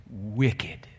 wicked